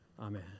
Amen